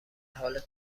حال